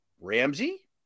Ramsey